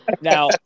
Now